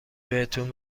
بهتون